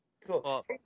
Cool